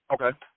Okay